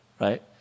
right